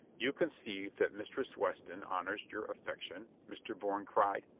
you conceive that mistress weston honors your affection? mr. bourne cried.